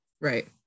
Right